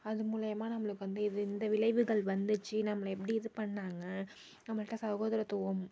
அது மூலியமாக நம்மளுக்கு வந்து இது இந்த விளைவுகள் வந்துச்சு நம்மள எப்படி இது பண்ணாங்க நம்மள்ட சகோதரத்துவம்